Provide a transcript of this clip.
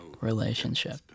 relationship